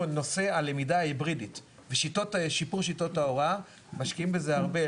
נושא הלמידה היברידית ושיפור שיטות ההוראה ,משקיעים בזה הרבה,